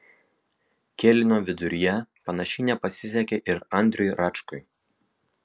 kėlinio viduryje panašiai nepasisekė ir andriui račkui